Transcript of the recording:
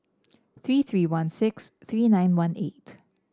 three three one six three nine one eight